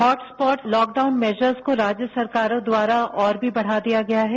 hotspots lockdown measures को राज्य सरकारों द्वारा और भी बढ़ा दिया गया है